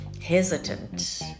hesitant